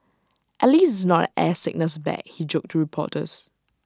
at least it's not an air sickness bag he joked to reporters